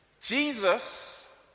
Jesus